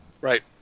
Right